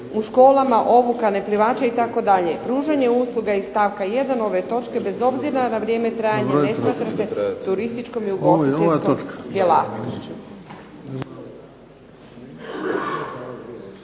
u školama obuka neplivača itd. Pružanje usluga iz stavka 1. ove točke bez obzira na vrijeme trajanja …/Govornica udaljena od